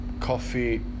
coffee